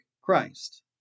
Christ